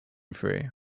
free